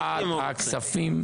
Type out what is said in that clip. בוועדת הכספים.